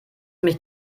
mich